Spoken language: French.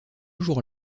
jour